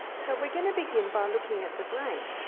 so we're gonna begin by looking at the brain.